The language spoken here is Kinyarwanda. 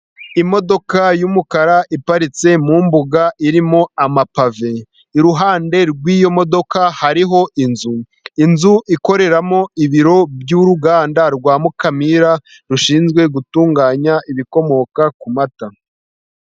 Imodoka yumukara iparitse mu mbuga irimo amapave iruhande rw'iyo modoka hariho inzu. Inzu ikoreramo ibiro by'uruganda rwa mukamira rushinzwe gutunganya ibikomoka ku mata.